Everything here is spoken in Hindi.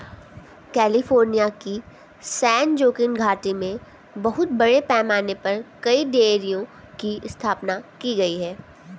कैलिफोर्निया की सैन जोकिन घाटी में बहुत बड़े पैमाने पर कई डेयरियों की स्थापना की गई है